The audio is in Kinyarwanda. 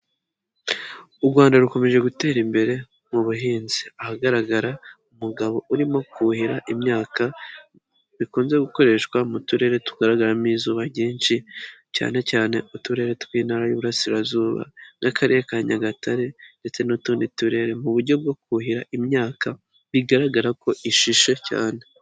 U Rwanda rukomeje gutera imbere mu buhinzi. Ahagaragara umugabo urimo kuhira imyaka, bikunze gukoreshwa mu turere tugaragaramo izuba ryinshi, cyane cyane uturere tw'Intara y'Iburasirazuba n'Akarere ka Nyagatare ndetse n'utundi turere mu buryo bwo kuhira imyaka bigaragara ko ishishe cyane.